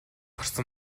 гарч